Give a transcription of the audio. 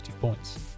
points